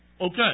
Okay